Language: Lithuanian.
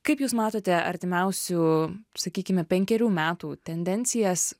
kaip jūs matote artimiausių sakykime penkerių metų tendencijas